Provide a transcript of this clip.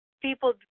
people